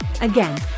Again